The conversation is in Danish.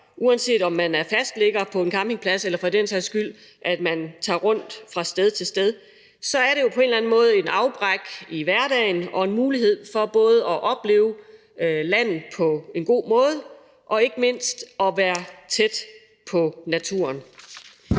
uanset om man er fastligger på en campingplads eller for den sags skyld tager rundt fra sted til sted – så er det jo på en eller anden måde et afbræk i hverdagen og en mulighed for både at opleve landet på en god måde og ikke mindst at være tæt på naturen.